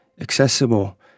accessible